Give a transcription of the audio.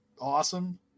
awesome